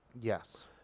Yes